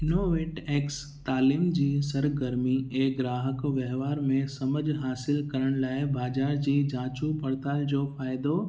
innovate X तइलीम जी सरगर्मी ऐ ग्राहक वहिंवार में समुझ हासिलु करण लाइ बाज़ारि जी जाचू पड़ताल जो फ़ाइदो